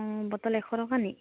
bottle এশ টকা নি